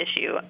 issue